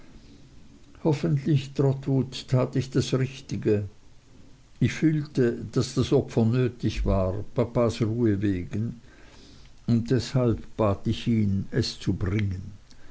hoffentlich trotwood tat ich das richtige ich fühlte daß das opfer nötig war papas ruhe wegen und deshalb bat ich ihn es zu bringen